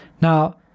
Now